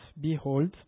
behold